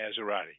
Maserati